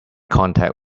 contact